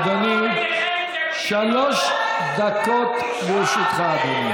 אדוני, שלוש דקות לרשותך.